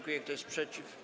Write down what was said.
Kto jest przeciw?